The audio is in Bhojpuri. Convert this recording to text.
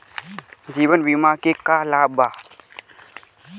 जीवन बीमा के का लाभ बा?